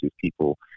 people